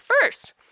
first